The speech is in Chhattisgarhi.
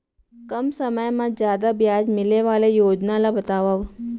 कम समय मा जादा ब्याज मिले वाले योजना ला बतावव